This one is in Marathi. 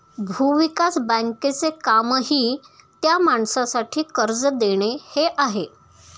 भूविकास बँकेचे कामही त्या माणसासाठी कर्ज देणे हे आहे